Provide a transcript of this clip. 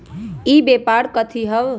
ई व्यापार कथी हव?